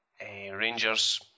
Rangers